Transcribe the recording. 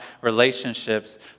relationships